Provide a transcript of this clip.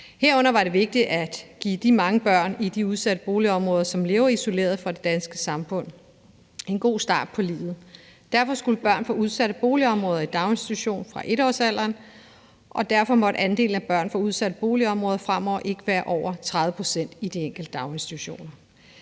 Herunder var det vigtigt at give de mange børn i de udsatte boligområder, som lever isoleret fra det danske samfund, en god start på livet. Derfor skulle børn fra udsatte boligområder i daginstitution fra 1-årsalderen, og derfor måtte andelen af børn fra udsatte boligområder fremover ikke være over 30 pct. i de enkelte daginstitutioner.